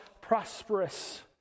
prosperous